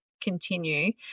continue